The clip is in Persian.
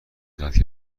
قطع